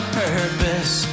purpose